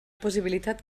possibilitat